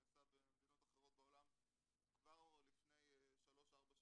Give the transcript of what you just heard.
נעשה במדינות אחרות בעולם כבר לפני שלוש-ארבע שנים.